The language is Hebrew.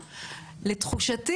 לתחושתי,